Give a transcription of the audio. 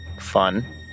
fun